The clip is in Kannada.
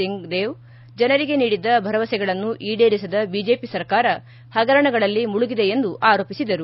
ಸಿಂಗ್ ದೇವ್ ಜನರಿಗೆ ನೀಡಿದ್ದ ಭರವಸೆಗಳನ್ನು ಈಡೇರಿಸದ ಬಿಜೆಪಿ ಸರ್ಕಾರ ಹಗರಣಗಳಲ್ಲಿ ಮುಳುಗಿದೆ ಎಂದು ಆರೋಪಿಸಿದರು